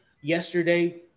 yesterday